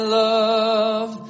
love